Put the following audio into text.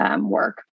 work